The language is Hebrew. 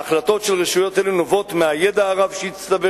ההחלטות של רשויות אלה נובעות מהידע הרב שהצטבר